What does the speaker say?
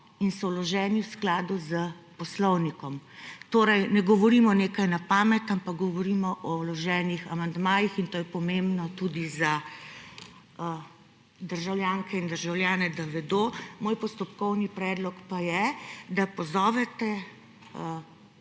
in so vloženi v skladu s poslovnikom. Torej, ne govorimo nekaj na pamet, ampak govorimo o vloženih amandmajih in to je pomembno tudi za državljanke in državljane, da vedo. Moj postopkovni predlog pa je, da pozovete